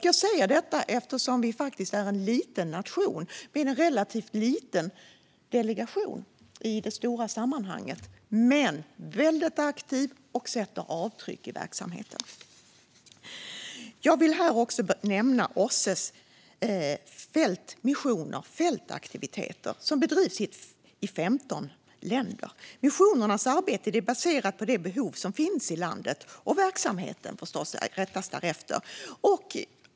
Jag säger detta eftersom vi faktiskt är en liten nation med en relativt liten delegation i det stora sammanhanget. Men den är väldigt aktiv och sätter avtryck i verksamheten. Jag vill här nämna OSSE:s fältmissioner, fältaktiviteter, som bedrivs i 15 länder. Missionernas arbete är baserat på de behov som finns i respektive land, och verksamheten rättas därefter.